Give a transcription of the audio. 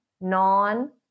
non